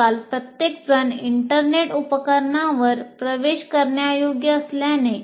आजकाल प्रत्येकजण इंटरनेट उपकरणांवर प्रवेश करण्यायोग्य असल्याने